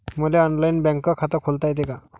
मले online bank खात खोलता येते का?